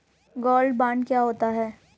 Gold bond क्या होता है?